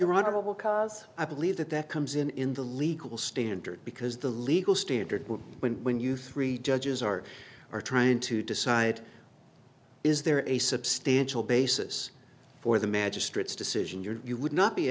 jurado because i believe that that comes in in the legal standard because the legal standard when you three judges are are trying to decide is there a substantial basis for the magistrate's decision you're you would not be